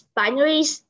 binaries